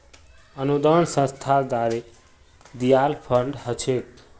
अनुदान संस्था द्वारे दियाल फण्ड ह छेक